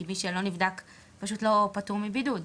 כי מי שלא נבדק פשוט לא פטור מבידוד.